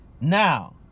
now